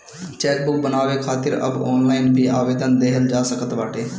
chequebook बनवावे खातिर अब ऑनलाइन भी आवेदन देहल जा सकत बाटे